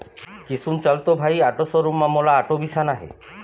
किसुन चल तो भाई आटो शोरूम म मोला आटो बिसाना हे